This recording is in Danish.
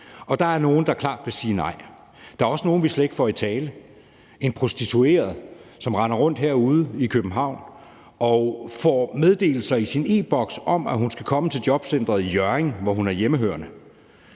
Der er nogle, der klart vil sige nej, og der er også nogle, vi slet ikke får i tale, f.eks. en prostitueret, som render rundt herude i København og får meddelelser i sin e-Boks om, at hun skal komme til jobcenteret i Hjørring, hvor hun er hjemmehørende.